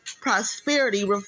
prosperity